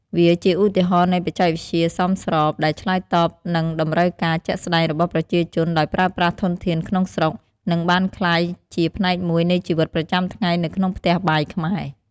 វាជាឧទាហរណ៍នៃបច្ចេកវិទ្យាសមស្រប ដែលឆ្លើយតបនឹងតម្រូវការជាក់ស្តែងរបស់ប្រជាជនដោយប្រើប្រាស់ធនធានក្នុងស្រុក និងបានក្លាយជាផ្នែកមួយនៃជីវិតប្រចាំថ្ងៃនៅក្នុងផ្ទះបាយខ្មែរ។